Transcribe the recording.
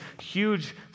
huge